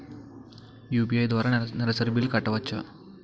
UPI ద్వారా నెలసరి బిల్లులు కట్టవచ్చా?